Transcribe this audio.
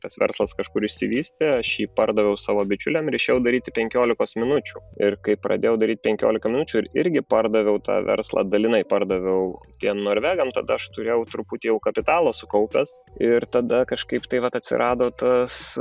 tas verslas kažkur išsivystė aš jį pardaviau savo bičiuliam ir išėjau daryti penkiolikos minučių ir kai pradėjau daryti penkiolika minučių ir irgi pardaviau tą verslą dalinai pardaviau tiem norvegam tada aš turėjau truputį jau kapitalo sukaupęs ir tada kažkaip tai vat atsirado tas